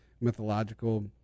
mythological